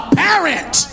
parent